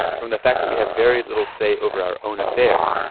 from the fact that we have very little say over our own affairs,